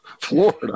Florida